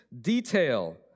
detail